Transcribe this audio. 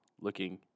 looking